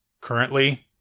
currently